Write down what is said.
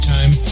Time